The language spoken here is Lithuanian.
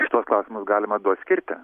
šituos klausimus galima du atskirti